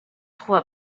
trouve